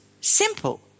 Simple